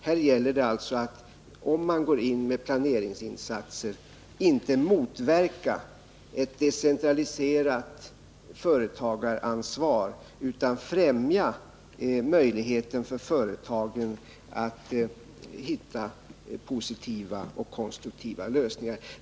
Här gäller det alltså att, om man går in med planeringsinsatser, inte motverka ett decentraliserat företagaransvar utan möjligheter för företagen att hitta positiva och konstruktiva lösningar.